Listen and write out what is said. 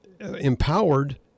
empowered